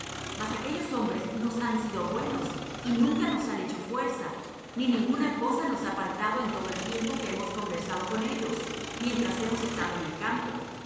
mas aquellos hombres nos han sido muy buenos y nunca nos han hecho fuerza ni ninguna cosa nos ha faltado en todo el tiempo que hemos conversado con ellos mientras hemos estado en el campo